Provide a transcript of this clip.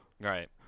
Right